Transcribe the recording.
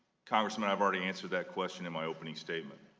congressman i've already answered that question and my opening statement.